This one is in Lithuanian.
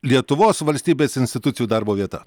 lietuvos valstybės institucijų darbo vieta